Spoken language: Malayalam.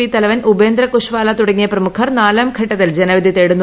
പി തലവൻ ഉപേന്ദ്ര കുശ്വാല തുടങ്ങിയ പ്രമുഖർ നാലാം ഘട്ടത്തിൽ ജനവിധി തേടുന്നു